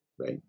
right